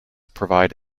provide